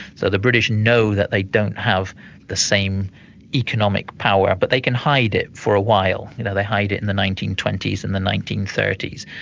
the the british know that they don't have the same economic power, but they can hide it for a while you know, they hide it in the nineteen twenty s and the nineteen thirty s.